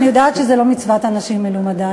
אני יודעת שזה לא מצוות אנשים מלומדה,